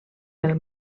del